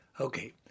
Okay